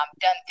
done